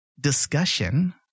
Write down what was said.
discussion